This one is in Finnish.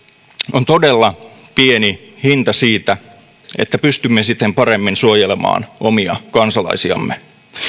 on todella pieni hinta siitä että pystymme siten paremmin suojelemaan omia kansalaisiamme